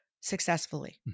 successfully